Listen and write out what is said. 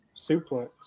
suplex